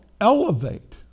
elevate